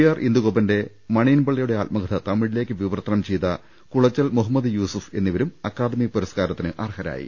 R ഇന്ദുഗോപന്റെ മണിയൻപിള്ളയുടെ ആത്മ കഥ തമിഴിലേക്ക് വിവർത്തനം ചെയ്ത കുളച്ചൽ മുഹമ്മദ് യൂസുഫ് എന്നി വരും അക്കാദമി പുരസ്കാരത്തിന് അർഹരായി